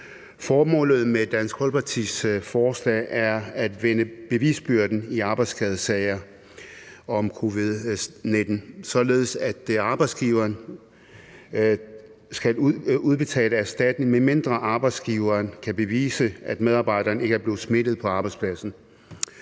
Folkepartis forslag er at vende bevisbyrden i arbejdsskadesager i forbindelse med covid-19, således at arbejdsgiveren skal udbetale erstatning, medmindre arbejdsgiveren kan bevise, at medarbejderen ikke er blevet smittet på arbejdspladsen.